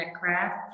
craft